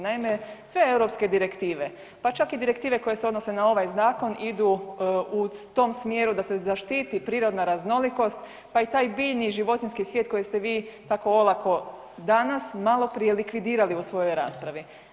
Naime, sve europske direktive, pa čak i direktive koje se odnose na ovaj zakon idu u tom smjeru da se zaštiti prirodna raznolikost, pa i taj biljni i životinjski svijet koji ste vi tako olako danas maloprije likvidirali u svojoj raspravi.